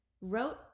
wrote